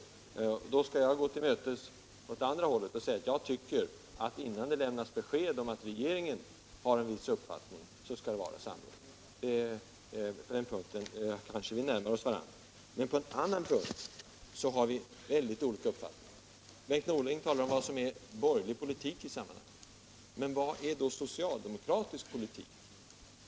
Jag skall då å min sida gå herr Norling till mötes genom att säga, att jag tycker att det, innan det lämnas besked om att regeringen har en viss uppfattning, skall förekomma ett samråd. På den punkten kanske våra uppfattningar närmar sig varandra. På en annan punkt har vi mycket olika uppfattningar. Bengt Norling talar om vad som är borgerlig politik i detta sammanhang. Men vad Nr 138 är då socialdemokratisk politik?